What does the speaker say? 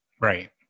Right